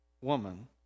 woman